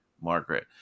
Margaret